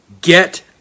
get